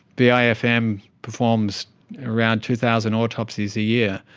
vifm performs around two thousand autopsies a year,